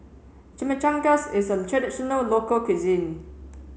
Chimichangas is a traditional local cuisine